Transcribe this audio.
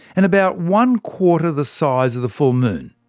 and about one-quarter the size of the full moon.